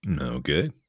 Okay